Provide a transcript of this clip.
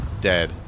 dead